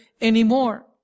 Anymore